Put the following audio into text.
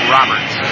Roberts